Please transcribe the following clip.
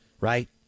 Right